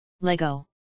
Lego